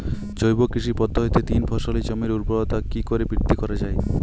জৈব কৃষি পদ্ধতিতে তিন ফসলী জমির ঊর্বরতা কি করে বৃদ্ধি করা য়ায়?